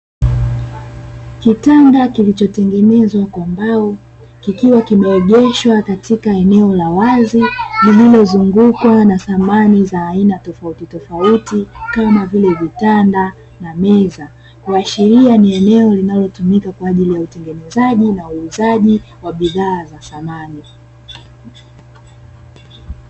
Kitanda kilichotengenezwa kwa mbao kikiwa kimeegeshwa katika eneo la wazi, lililozungukwa na samani za aina tofautitofauti kama vile vitanda na meza, kuashiria ni eneo linalotumika kwa ajili utengenezaji na uuzaji wa bidhaa za samani.